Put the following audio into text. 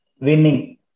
winning